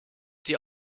die